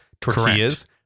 Tortillas